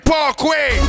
Parkway